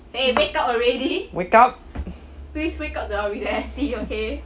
wake up